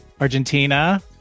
Argentina